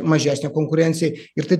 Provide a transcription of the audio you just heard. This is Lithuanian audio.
mažesnė konkurencija ir tai